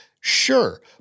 Sure